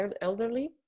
elderly